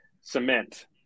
cement